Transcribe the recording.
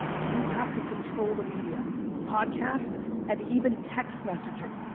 you have to control the media podcast and even text messaging,